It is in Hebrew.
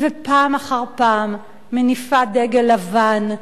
ופעם אחר פעם מניפה דגל לבן,